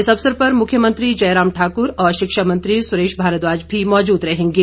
इस अवसर पर मुख्यमंत्री जयराम ठाकुर और शिक्षामंत्री सुरेश भारद्वाज भी मौजूद रहेंगे